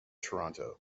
toronto